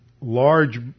large